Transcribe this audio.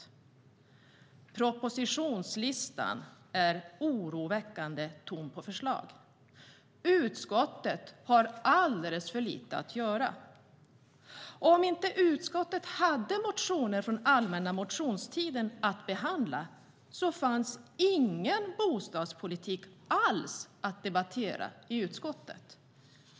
"Propositionslistan är oroväckande tom på förslag. Utskottet har alldeles för lite att göra. Om inte utskottet hade motioner från allmänna motionstiden att behandla hade det inte funnits någon bostadspolitik alls att debattera i utskottet.